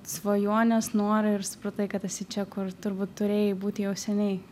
svajonės norai ir supratai kad esi čia kur turbūt turėjai būt jau seniai